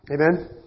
Amen